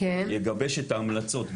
יגבש את ההמלצות,